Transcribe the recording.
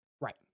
right